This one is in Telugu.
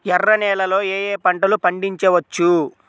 ఎర్ర నేలలలో ఏయే పంటలు పండించవచ్చు?